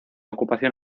ocupación